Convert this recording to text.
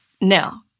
Now